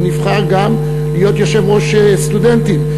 הוא נבחר גם להיות יושב-ראש התאחדות הסטודנטים.